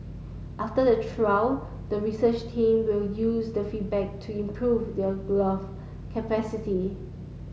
after the trial the research team will use the feedback to improve their glove